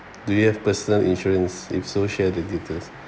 do you have personal insurance if so share the details